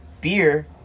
Beer